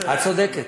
את צודקת.